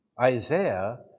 Isaiah